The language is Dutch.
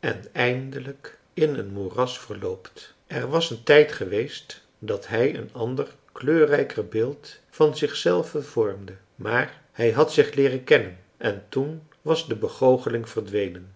en eindelijk in een moeras verloopt er was een tijd geweest dat hij een ander kleurrijker beeld van zichzelven vormde maar hij had zich leeren kennen en toen was de begoocheling verdwenen